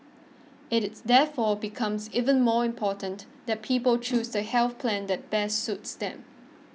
it is therefore becomes even more important that people choose the health plan that best suits them